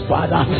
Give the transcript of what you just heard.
Father